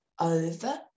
over